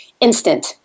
instant